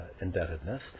indebtedness